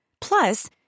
Plus